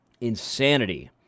insanity